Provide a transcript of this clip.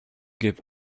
give